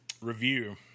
review